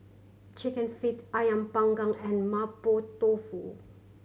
Chicken Feet Ayam Panggang and Mapo Tofu